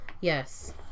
Yes